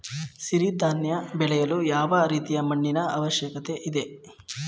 ಸಿರಿ ಧಾನ್ಯ ಬೆಳೆಯಲು ಯಾವ ರೀತಿಯ ಮಣ್ಣಿನ ಅವಶ್ಯಕತೆ ಇದೆ?